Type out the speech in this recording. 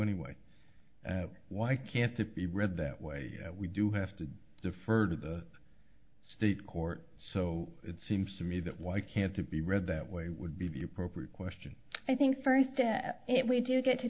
anyway why can't it be read that way we do have to defer to the state court so it seems to me that why can't it be read that way would be the appropriate question i think first and if we do get to